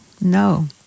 No